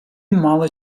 мало